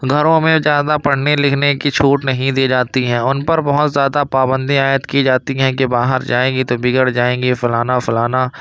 گھروں میں زیادہ پڑھنے لکھنے کی چھوٹ نہیں دی جاتی ہیں ان پر بہت زیادہ پابندیاں عائد کی جاتی ہیں کہ باہر جائے گی تو بگڑ جائیں گی فلانا فلانا